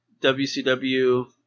WCW